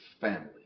family